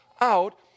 out